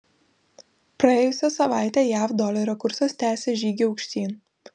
praėjusią savaitę jav dolerio kursas tęsė žygį aukštyn